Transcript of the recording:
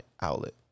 outlet